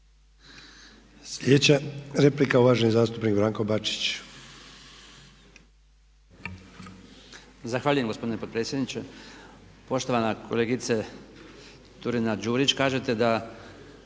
Sljedeća replika, uvaženi zastupnik Branko Bačić.